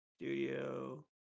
Studio